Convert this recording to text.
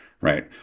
right